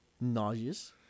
nauseous